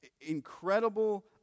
incredible